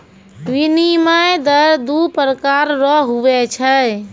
विनिमय दर दू प्रकार रो हुवै छै